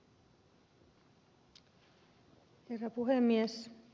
herra puhemies